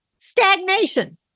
Stagnation